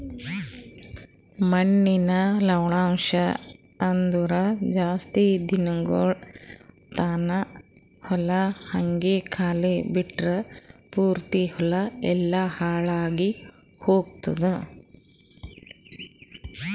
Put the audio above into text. ಮಣ್ಣಿನ ಲವಣಾಂಶ ಅಂದುರ್ ಜಾಸ್ತಿ ದಿನಗೊಳ್ ತಾನ ಹೊಲ ಹಂಗೆ ಖಾಲಿ ಬಿಟ್ಟುರ್ ಪೂರ್ತಿ ಹೊಲ ಎಲ್ಲಾ ಹಾಳಾಗಿ ಹೊತ್ತುದ್